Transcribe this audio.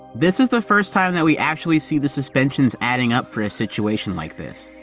this is the first time that we actually see the suspensions adding up for a situation like this.